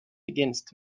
against